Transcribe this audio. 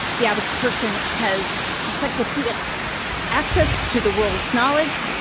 the average person has encyclopedic access to the world's knowledge.